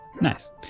Nice